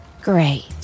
Great